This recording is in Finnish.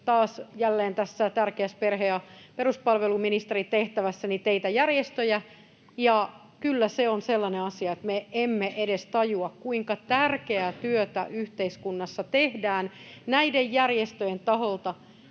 jälleen tässä tärkeässä perhe- ja peruspalveluministerin tehtävässäni teitä, järjestöjä, ja kyllä se on sellainen asia, että me emme edes tajua, kuinka tärkeää työtä yhteiskunnassa tehdään näiden järjestöjen taholta.